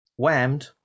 Whammed